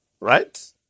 right